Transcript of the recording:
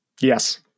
Yes